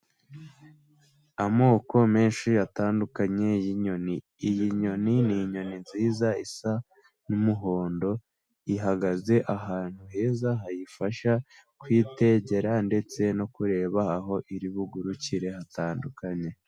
Amoko menshi atandukanye y'inyoni. Iyi nyoni ni inyoni nziza isa n'umuhondo, ihagaze ahantu heza hayifasha kuyitegera ndetse no kureba aho iri bugurukire hatandukanye.